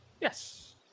Yes